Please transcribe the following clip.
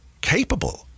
capable